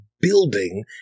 building